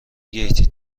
گیتی